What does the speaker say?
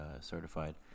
certified